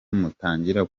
mutangira